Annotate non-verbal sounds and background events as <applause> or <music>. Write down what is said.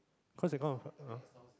cause they count of <noise>